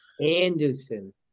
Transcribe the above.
Anderson